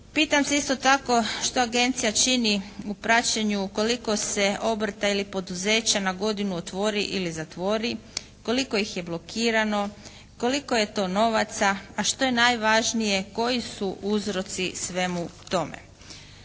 Pitam se isto tako što agencija čini u praćenju koliko se obrta ili poduzeća na godinu otvori ili zatvori, koliko ih je blokirano, koliko je to novaca, a što je najvažnije koji su uzroci svemu tome.